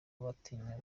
batinya